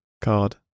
card